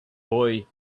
boy